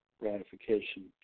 ratification